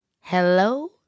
Hello